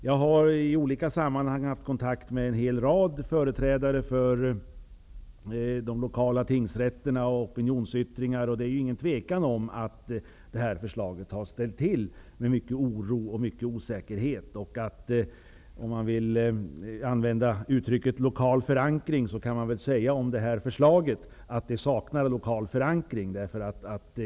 Jag har i olika sammanhang haft kontakt med en hel rad företrädare för de lokala tingsrätterna och tagit del av opinionsyttringar. Det är ingen tvekan om att detta förslag har medfört mycket oro och osäkerhet. Förslaget saknar lokal förankring.